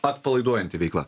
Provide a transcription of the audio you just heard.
atpalaiduojanti veikla